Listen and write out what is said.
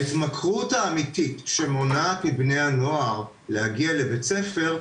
ההתמכרות האמיתית שמונעת מבני הנוער להגיע לבית ספר,